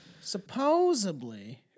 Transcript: Supposedly